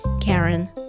Karen